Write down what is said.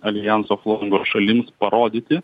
aljanso flango šalims parodyti